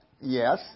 Yes